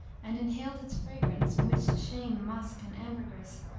and inhaled its fragrance which to shame musk and ambergris,